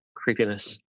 creepiness